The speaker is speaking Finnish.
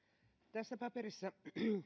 tässä paperissa